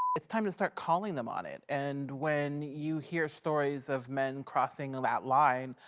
it's time to start calling them on it. and when, you hear stories of men crossing ah that line,